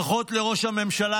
ברכות לראש הממשלה,